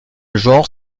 genre